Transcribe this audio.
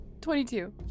22